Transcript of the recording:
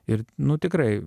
ir nu tikrai